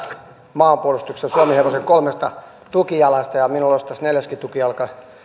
maanpuolustuksen ja suomi hevosen kolmesta tukijalasta ja minulla olisi tässä neljäskin tukijalka